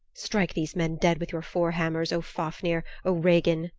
strike these men dead with your forehammers, o fafnir, o regin,